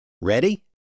Ready